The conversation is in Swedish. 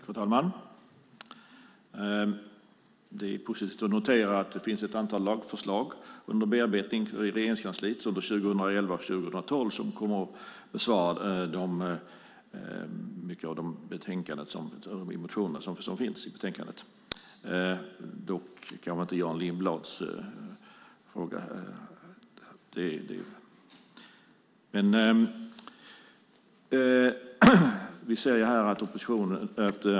Fru talman! Det är positivt att notera att det finns ett antal lagförslag under bearbetning i Regeringskansliet under 2011 och 2012 som kommer att besvara många av de motioner som behandlas i betänkandet, dock inte Jan Lindholms fråga.